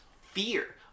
fear